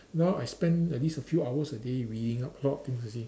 now I spend at least a few hours a day reading up a lot of things you see